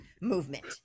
movement